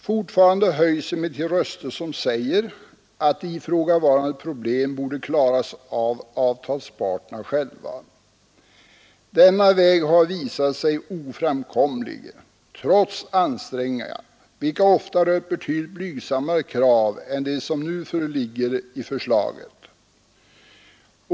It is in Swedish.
Avtalsvägen har således visat sig oframkomlig trots betydande ansträngningar från fackligt håll. Detta har varit fallet även när kraven varit betydligt blygsammare än de vi nu kommer att lagfästa.